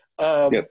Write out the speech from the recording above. Yes